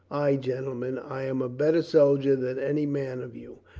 ay, gentlemen, i am a better soldier than any man of you,